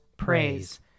praise